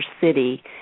city